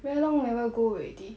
very long never go already